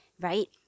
right